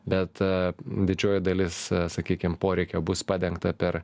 bet didžioji dalis sakykim poreikio bus padengta per